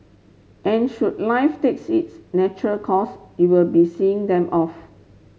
and should life takes its natural course you'll be seeing them off